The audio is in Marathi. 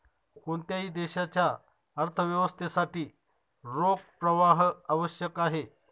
कोणत्याही देशाच्या अर्थव्यवस्थेसाठी रोख प्रवाह आवश्यक आहे